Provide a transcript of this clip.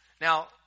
Now